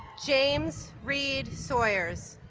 james reed sawyers